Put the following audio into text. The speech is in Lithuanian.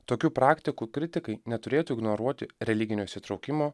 tokių praktikų kritikai neturėtų ignoruoti religinio įsitraukimo